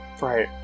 Right